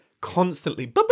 constantly